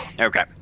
Okay